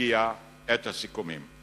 הגיעה עת הסיכומים.